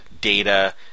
data